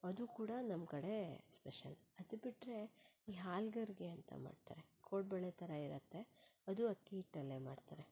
ಅದೂ ಕೂಡ ನಮ್ಮ ಕಡೆ ಸ್ಪೆಷಲ್ ಅದು ಬಿಟ್ಟರೆ ಈ ಹಾಲುಗರ್ಗೆ ಅಂತ ಮಾಡ್ತಾರೆ ಕೋಡುಬಳೆ ಥರ ಇರುತ್ತೆ ಅದೂ ಅಕ್ಕಿ ಹಿಟ್ಟಲ್ಲೆ ಮಾಡ್ತಾರೆ